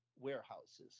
warehouses